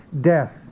death